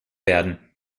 werden